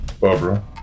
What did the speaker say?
Barbara